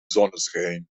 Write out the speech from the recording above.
zonneschijn